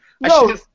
No